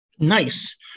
Nice